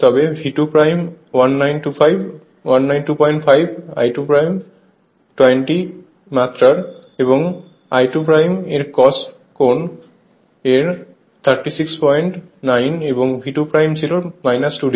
তো V2 1925 I2 20 মাত্রার এবং I2 এর cos কোণ এর 369 এবং V2 ছিল 2O